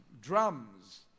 drums